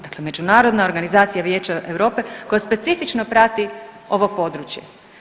Dakle, međunarodna organizacija Vijeća Europe koja specifično prati ovo područje.